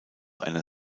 einer